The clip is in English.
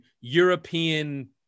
European